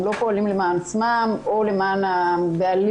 הם לא פועלים למען עצמם או למען הבעלים